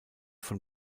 von